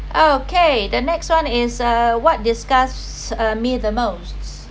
okay the next one is uh what disgusts uh me the most